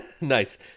nice